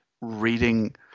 reading